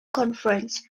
conference